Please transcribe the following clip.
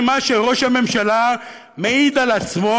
ממה שראש הממשלה מעיד על עצמו,